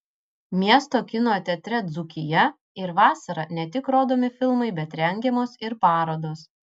miesto kino teatre dzūkija ir vasarą ne tik rodomi filmai bet rengiamos ir parodos